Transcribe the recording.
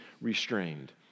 restrained